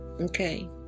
Okay